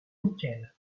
nickel